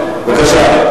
היושב-ראש.